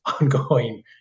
ongoing